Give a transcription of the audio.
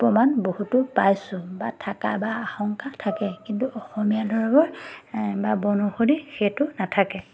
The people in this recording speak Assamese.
প্ৰমাণ বহুতো পাইছোঁ বা থাকা বা আশংকা থাকে কিন্তু অসমীয়া দৰৱৰ বা বনৌষধি সেইটো নাথাকে